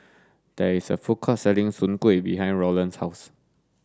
there is a food court selling Soon Kway behind Roland's house